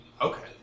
Okay